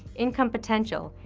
income potential,